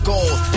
Gold